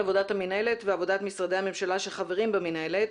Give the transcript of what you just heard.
עבודת המינהלת ועבודת משרדי הממשלה שחברים במינהלת,